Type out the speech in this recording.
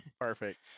Perfect